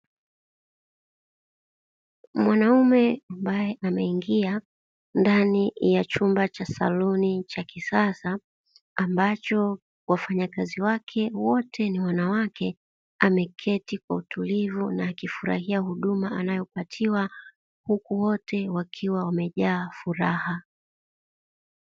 Mwanaume ambaye ameingia ndani ya chumba cha saluni cha kisasa, ambacho wafanyakazi wake wote ni wanawake ameketi kwa utulivu na akifurahia huduma anayopatiwa uku wote wakiwa wamejaa furaha.